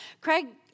Craig